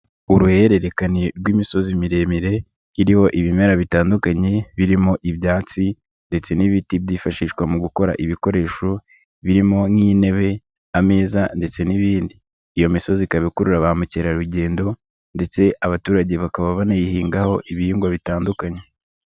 Uruhererekane rw'imisozi miremire iriho ibimera bitandukanye birimo ibyatsi ndetse n'ibiti byifashishwa mu gukora ibikoresho birimo nk'intebe, ameza ndetse n'ibindi, iyo misozi ikaba ikurura ba mukerarugendo ndetse abaturage bakaba banayihingaho ibihingwa bitandukanye.